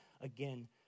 again